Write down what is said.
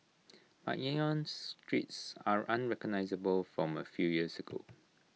but Yangon's streets are unrecognisable from A few years ago